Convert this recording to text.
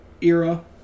era